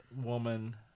woman